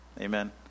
amen